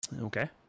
Okay